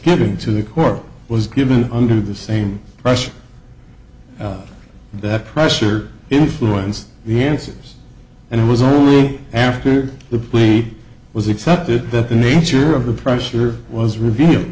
given to the court was given under the same pressure that pressure influenced the answers and it was only after the plea was accepted that the nature of the pressure was reveal